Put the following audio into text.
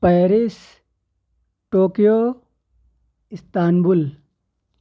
Paris Tokyo Istanbul